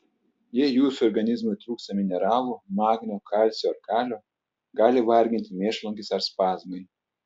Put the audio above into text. jei jūsų organizmui trūksta mineralų magnio kalcio ar kalio gali varginti mėšlungis ar spazmai